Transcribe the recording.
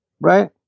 right